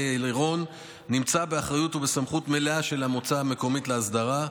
עירון נמצאת באחריות ובסמכות מלאה של המועצה המקומית להסדרה.